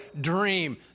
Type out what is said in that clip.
dream